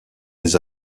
des